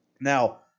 Now